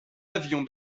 avion